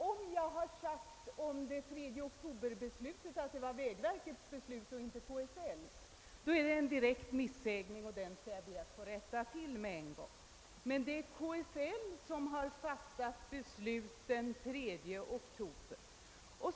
Om jag beträffande beslutet av den 3 oktober har sagt att det var vägverkets och inte KSL:s är det en direkt felsägning, och den skall jag be att få rätta till med en gång.